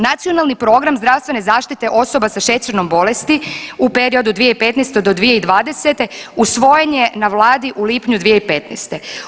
Nacionalni program zdravstvene zaštite osoba sa šećernom bolesti u periodu 2015. do 2020. usvojen je na vladi u lipnju 2015.